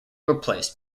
replaced